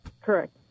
Correct